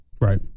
Right